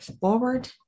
forward